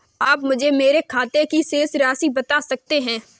आप मुझे मेरे खाते की शेष राशि बता सकते हैं?